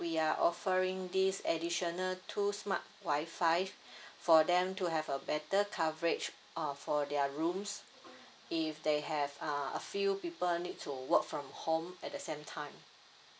we are offering this additional two smart wifi for them to have a better coverage of for their rooms if they have uh a few people need to work from home at the same time